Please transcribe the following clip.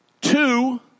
Two